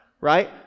Right